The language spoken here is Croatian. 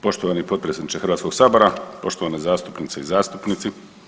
Poštovani potpredsjedniče Hrvatskog sabora, poštovane zastupnice i zastupnici.